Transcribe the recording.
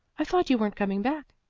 i thought you weren't coming back.